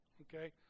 okay